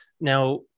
Now